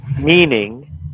meaning